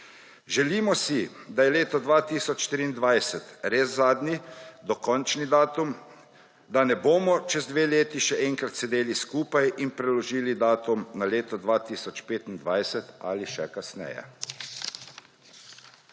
Želimo si, da je leto 2023 res zadnji, dokončni datum, da ne bomo čez dve leti še enkrat sedeli skupaj in preložili datuma na leto 2025 ali še kasneje.